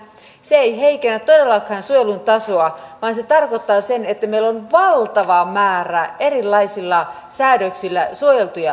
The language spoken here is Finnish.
se ei heikennä todellakaan suojelun tasoa vaan se tarkoittaa sitä että meillä on valtava määrä erilaisilla säädöksillä suojeltuja alueita